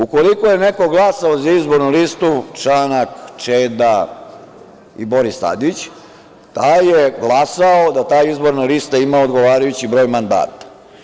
Ukoliko je neko glasao za izbornu listu Čanak, Čeda, Boris Tadić, taj je glasao da ta izborna lista ima odgovarajući broj mandata.